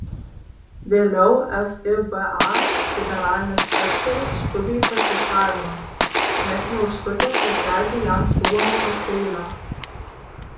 vėliau fiba generalinis sekretorius skubiai pasišalino net neužsukęs išgerti jam siūlomo kokteilio